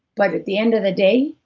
but at the end of the day,